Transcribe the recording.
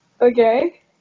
Okay